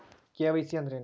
KYC ಅಂದ್ರೇನು?